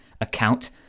account